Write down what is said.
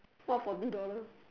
what for two dollar